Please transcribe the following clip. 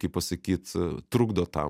kaip pasakyt trukdo tam